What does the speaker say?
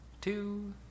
two